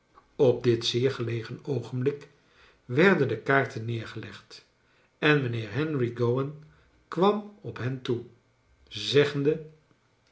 op dit zeer gelegen oogenblik werden de kaarten neergelegd en mijnheer henry gowan kwam op hen toe zeggende